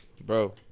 Bro